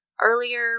earlier